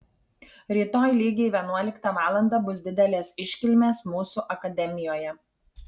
rytoj lygiai vienuoliktą valandą bus didelės iškilmės mūsų akademijoje